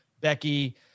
Becky